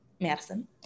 Madison